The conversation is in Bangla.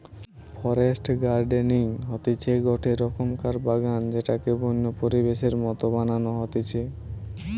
ফরেস্ট গার্ডেনিং হতিছে গটে রকমকার বাগান যেটাকে বন্য পরিবেশের মত বানানো হতিছে